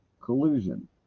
collusion